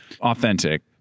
authentic